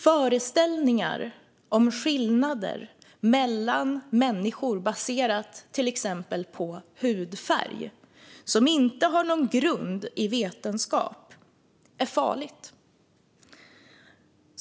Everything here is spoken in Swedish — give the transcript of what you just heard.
Föreställningar om skillnader mellan människor baserade på till exempel hudfärg som inte har någon grund i vetenskap är farliga.